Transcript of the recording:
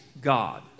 God